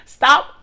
Stop